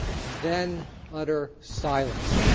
and then utter silence.